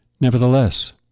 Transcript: Nevertheless